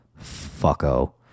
fucko